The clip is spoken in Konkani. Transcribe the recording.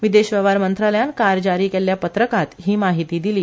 विदेश वेव्हार मंत्रालयान काल जारी केल्ल्या पत्रकांत ही म्हायती दिली